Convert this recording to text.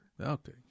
Okay